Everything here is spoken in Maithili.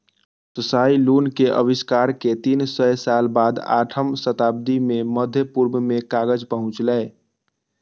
त्साई लुन के आविष्कार के तीन सय साल बाद आठम शताब्दी मे मध्य पूर्व मे कागज पहुंचलै